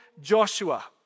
Joshua